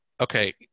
okay